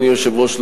אדוני היושב-ראש,